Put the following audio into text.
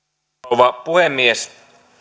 rouva puhemies